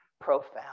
profound